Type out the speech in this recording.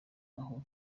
aho